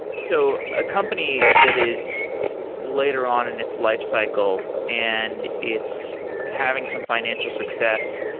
so a company that is later on in its lifecycle and its having some financial success.